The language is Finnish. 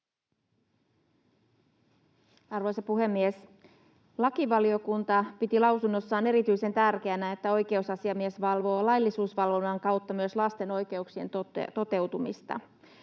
Arvoisa puhemies! Lakivaliokunta piti lausunnossaan erityisen tärkeänä, että oikeusasiamies valvoo laillisuusvalvonnan kautta myös lasten oikeuksien toteutumista.